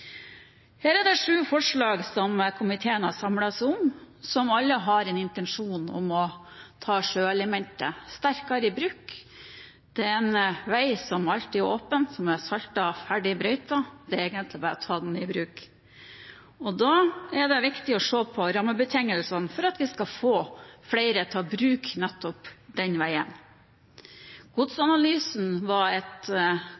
er sju forslag som komiteen er samlet om, som alle har en intensjon om å ta sjøelementet sterkere i bruk. Det er en vei som alltid er åpen, som er saltet og ferdig brøytet – det er egentlig bare å ta den i bruk. Da er det viktig å se på rammebetingelsene for at vi skal få flere til å bruke nettopp den veien. Godsanalysen var et